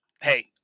hey